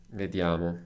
vediamo